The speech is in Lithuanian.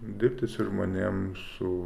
dirbti su žmonėm su